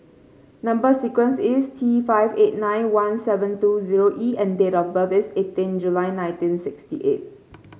number sequence is T five eight nine one seven two zero E and date of birth is eighteen July nineteen sixty eight